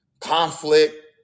conflict